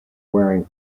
wearing